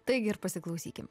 taigi ir pasiklausykim